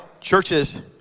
churches